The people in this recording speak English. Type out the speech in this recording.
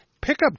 pickup